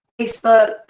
Facebook